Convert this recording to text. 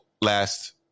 last